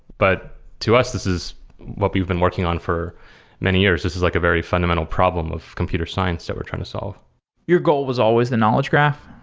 but to us this is what we've been working on for many years. this is like a very fundamental problem of computer science that we're trying to solve your goal was always the knowledge graph?